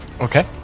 Okay